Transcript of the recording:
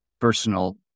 personal